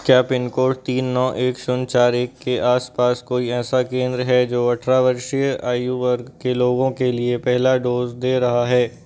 क्या पिनकोड तीन नौ एक शून्य चार एक के आस पास कोई ऐसा केंद्र है जो अट्ठारह वर्षीय आयु वर्ग के लोगों के लिए पहला डोज़ दे रहा है